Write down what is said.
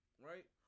right